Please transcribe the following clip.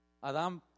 Adam